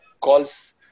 calls